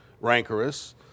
rancorous